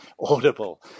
audible